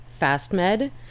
FastMed